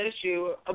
issue